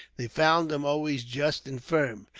they found him always just and firm.